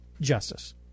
justice